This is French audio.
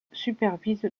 supervise